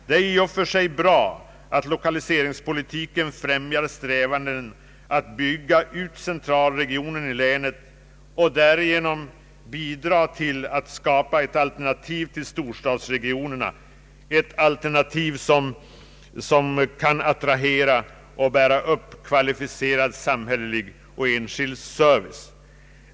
Det är i och för sig bra att lokaliseringspolitiken främjar strävandena att bygga ut centralregionen i länet och därigenom bidrar till att skapa ett alternativ till storstadsregionerna — ett alternativ som kan attrahera och bära upp kvalificerad samhällelig och enskild service.